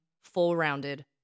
full-rounded